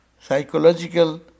psychological